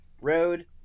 road